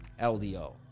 LDO